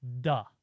Duh